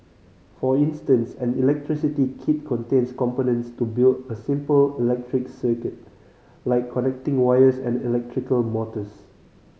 for instance an electricity kit contains components to build a simple electric circuit like connecting wires and electrical motors